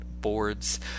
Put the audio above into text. boards